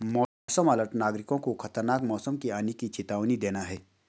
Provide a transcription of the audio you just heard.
मौसम अलर्ट नागरिकों को खतरनाक मौसम के आने की चेतावनी देना है